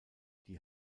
die